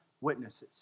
witnesses